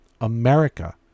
America